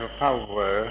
power